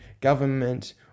government